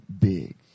big